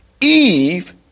Eve